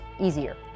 easier